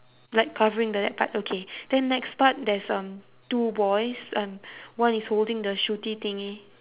like covering the right part okay then next part there's um two boys um one is holding the shooty thingy